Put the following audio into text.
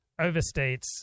overstates